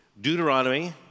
Deuteronomy